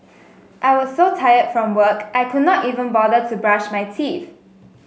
I was so tired from work I could not even bother to brush my teeth